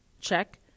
check